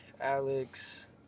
Alex